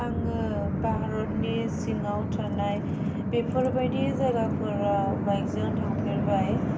आङो भारतनि सिङाव थानाय बेफोरबायदि जायगाफोराव बाइकजों थांफेरबाय